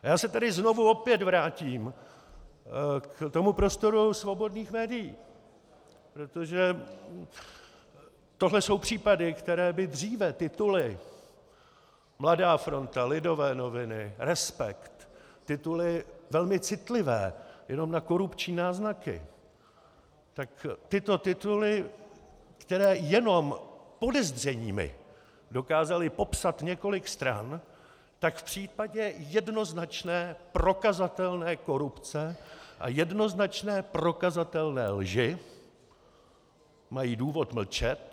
Já se tu opět znovu vrátím k prostoru svobodných médií, protože toto jsou případy, které by dříve tituly Mladá fronta, Lidové noviny, Respekt, tituly velmi citlivé jenom na korupční náznaky, tak tyto tituly, které jenom podezřeními dokázaly popsat několik stran, tak v případě jednoznačné prokazatelné korupce a jednoznačné prokazatelné lži mají důvod mlčet.